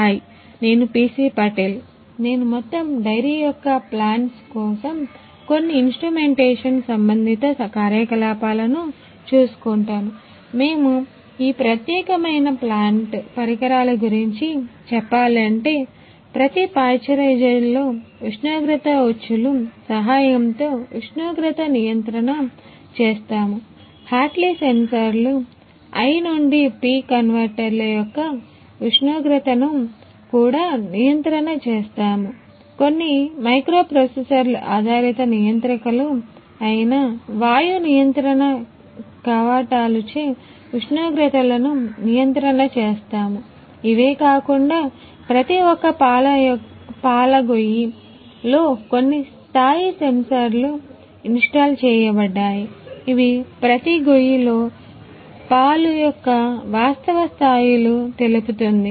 hi నేనే PC Patel నేను మొత్తం డెయిరీ యొక్క ప్లాంట్స్ చేయబడ్డాయి ఇవి ప్రతి గొయ్యిలో పాలు యొక్క వాస్తవ స్థాయిలు తెలుపుతుంది